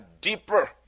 deeper